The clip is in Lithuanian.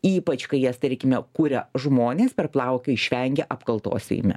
ypač kai jas tarkime kuria žmonės per plauką išvengę apkaltos seime